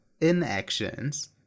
inactions